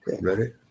Ready